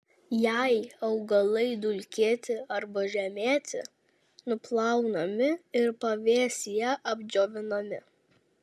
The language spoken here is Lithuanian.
jei augalai dulkėti arba žemėti nuplaunami ir pavėsyje apdžiovinami